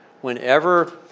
whenever